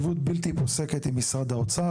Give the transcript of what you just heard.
אני נמצא בהתכתבות בלתי פוסקת עם משרד האוצר,